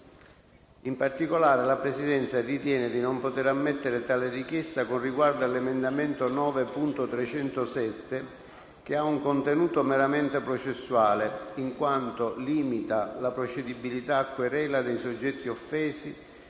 In particolare, la Presidenza ritiene di non poter ammettere tale richiesta con riguardo all'emendamento 9.307, che ha un contenuto meramente processuale, in quanto limita la procedibilità a querela dei soggetti offesi ai